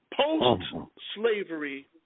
post-slavery